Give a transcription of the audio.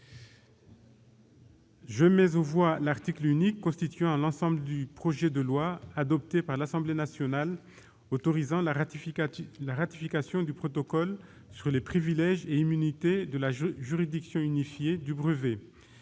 commission, l'article unique constituant l'ensemble du projet de loi, adopté par l'Assemblée nationale, autorisant la ratification du protocole sur les privilèges et immunités de la juridiction unifiée du brevet